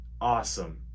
awesome